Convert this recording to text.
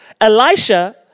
Elisha